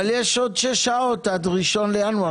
אבל יש עוד שש שעות עד 1 בינואר,